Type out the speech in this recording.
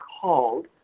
called